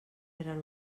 eren